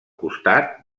costat